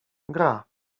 gra